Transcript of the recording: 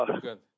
Good